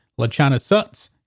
LachanaSuts